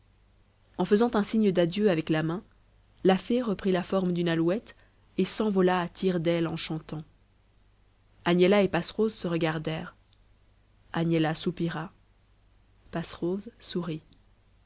et faisant un signe d'adieu avec la main la fée reprit la forme d'une alouette et s'envola à tires d'aile en chantant agnella et passerose se regardèrent agnella soupira passerose sourit